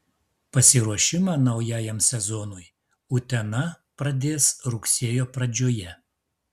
pasiruošimą naujajam sezonui utena pradės rugsėjo pradžioje